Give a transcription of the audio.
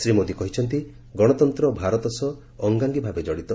ଶ୍ରୀ ମୋଦୀ କହିଛନ୍ତି ଗଣତନ୍ତ୍ର ଭାରତ ସହ ଅଙ୍ଗାଙ୍ଗୀଭାବେ କଡ଼ିତ